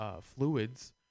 fluids